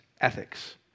ethics